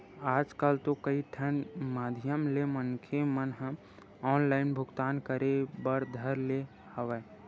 आजकल तो कई ठन माधियम ले मनखे मन ह ऑनलाइन भुगतान करे बर धर ले हवय